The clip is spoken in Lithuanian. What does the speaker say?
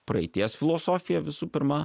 praeities filosofiją visų pirma